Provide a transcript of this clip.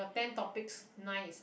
ten topics nine is